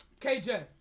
KJ